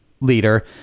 leader